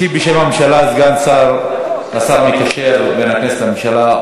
ישיב בשם הממשלה סגן השר המקשר בין הכנסת לממשלה,